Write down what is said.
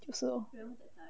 就是 lor